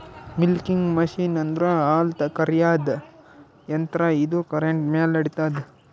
milking machine ಅಂದ್ರ ಹಾಲ್ ಕರ್ಯಾದ್ ಯಂತ್ರ ಇದು ಕರೆಂಟ್ ಮ್ಯಾಲ್ ನಡಿತದ್